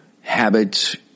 Habits